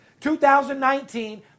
2019